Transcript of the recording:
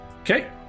Okay